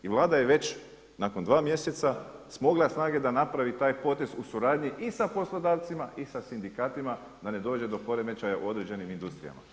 I Vlada je već nakon 2 mjeseca smogla snage da napravi taj potez u suradnji i sa poslodavcima, i sa sindikatima da ne dođe do poremećaja u određenim industrijama.